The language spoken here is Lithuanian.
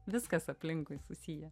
viskas aplinkui susiję